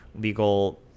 legal